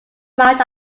much